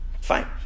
fine